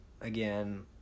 again